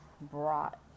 brought